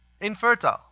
infertile